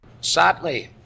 Sadly